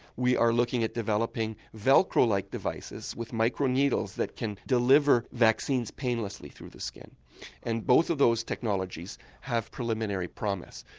we are looking at developing velcro-like devices with micro needles that can deliver vaccines painlessly through the skin and both of those technologies have preliminary promise.